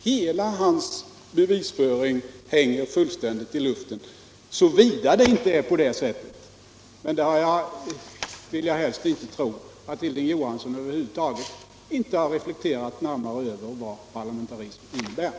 Hela hans bevisföring hänger fullständigt i luften, såvida det inte är på det sättet — men det vill jag helst inte tro — att Hilding Johansson över huvud taget inte har reflekterat närmare över vad parlamentarism innebär.